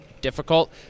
difficult